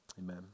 Amen